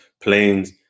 planes